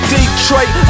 Detroit